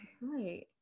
right